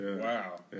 Wow